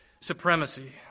supremacy